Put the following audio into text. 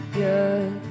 good